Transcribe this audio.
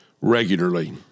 regularly